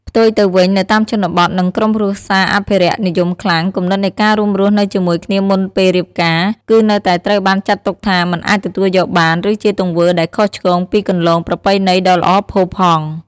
ផ្ទុយទៅវិញ នៅតាមជនបទ និងក្រុមគ្រួសារអភិរក្សនិយមខ្លាំង គំនិតនៃការរួមរស់នៅជាមួយគ្នាមុនពេលរៀបការ គឺនៅតែត្រូវបានចាត់ទុកថា មិនអាចទទួលយកបាន ឬជាទង្វើដែលខុសឆ្គងពីគន្លងប្រពៃណីដ៏ល្អផូរផង់។